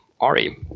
Ari